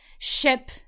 ship